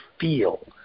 feel